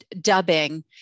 dubbing